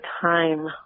time